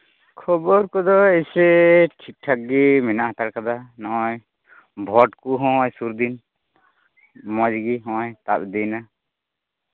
ᱠᱷᱚᱵᱚᱨ ᱠᱚᱫᱚ ᱮᱭᱥᱮ ᱴᱷᱤᱠᱼᱴᱷᱟᱠ ᱜᱮ ᱢᱮᱱᱟᱜ ᱦᱟᱛᱟᱲ ᱠᱟᱫᱟ ᱱᱚᱜᱼᱚᱭ ᱵᱷᱳᱴ ᱠᱚᱦᱚᱸ ᱥᱩᱨ ᱫᱤᱱ ᱱᱚᱣᱟ ᱤᱭᱟᱹ ᱦᱚᱸᱜᱼᱚᱭ ᱛᱟᱯ ᱤᱫᱤᱭᱮᱱᱟ